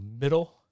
middle